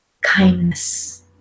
Kindness